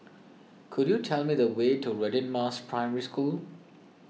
could you tell me the way to Radin Mas Primary School